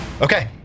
okay